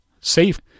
safe